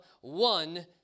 one